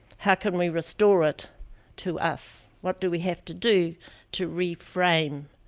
how can we restore it to us? what do we have to do to reframe